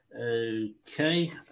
okay